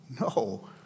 no